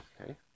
okay